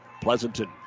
Pleasanton